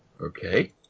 Okay